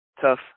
tough